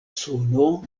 suno